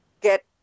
get